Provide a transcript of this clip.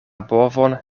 bovon